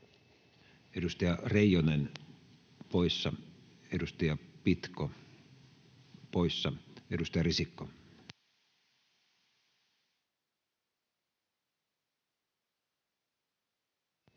Edustaja Reijonen poissa, edustaja Pitko poissa. — Edustaja Risikko.